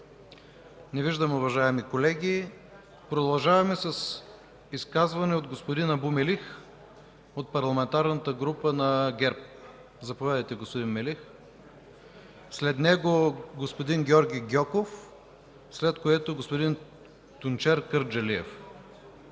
Не виждам, уважаеми колеги. Продължаваме с изказване от господин Абу Мелих от Парламентарната група на ГЕРБ. Заповядайте, господин Мелих. След него е Георги Гьоков, след което господин Тунчер Кърджалиев.